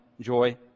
joy